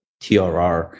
TRR